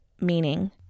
meaning